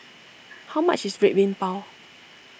how much is Red Bean Bao